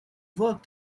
worked